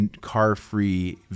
car-free